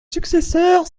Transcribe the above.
successeur